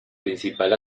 principal